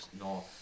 no